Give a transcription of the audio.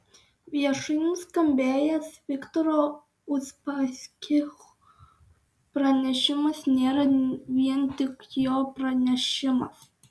viešai nuskambėjęs viktoro uspaskich pranešimas nėra vien tik jo pranešimas